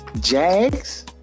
Jags